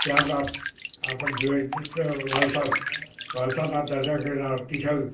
ત્યારબાદ આપણે જોઈએ તો વલસાડ વલસાડના ત્યાં દરિયાકિનારો તિથલ